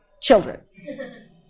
children